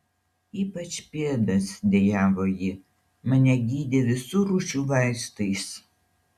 ypač pėdas dejavo ji mane gydė visų rūšių vaistais